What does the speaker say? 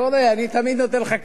אני תמיד נותן לך קדימות.